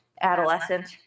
adolescent